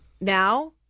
Now